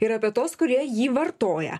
ir apie tuos kurie jį vartoja